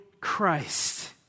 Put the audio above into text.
Christ